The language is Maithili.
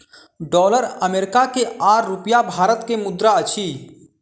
डॉलर अमेरिका के आ रूपया भारत के मुद्रा अछि